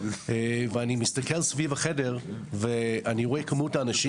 אני רואה את כמות האנשים